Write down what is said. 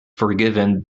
forgiven